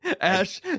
ash